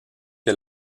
que